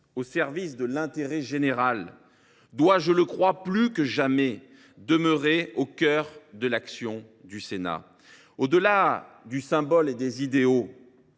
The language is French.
au service de l’intérêt général doit, je le crois, plus que jamais demeurer au cœur de l’action du Sénat. Au delà du symbole et des idéaux